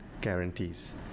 guarantees